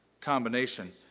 combination